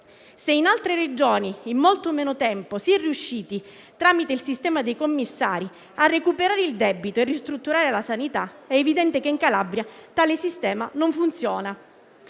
Se in altre Regioni, in molto meno tempo, si è riusciti, tramite il sistema dei commissari, a recuperare il debito e ristrutturare la sanità, è evidente che in Calabria tale sistema non funziona.